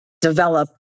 develop